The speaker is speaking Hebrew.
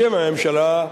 בשם הממשלה,